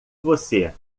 você